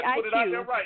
IQ